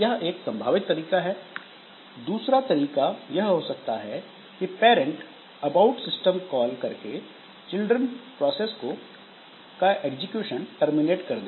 यह एक संभावित तरीका है दूसरा तरीका यह हो सकता है कि पैरंटअबाउट सिस्टम कॉल करके चिल्ड्रन प्रोसेस का एग्जीक्यूशन टर्मिनेट कर दे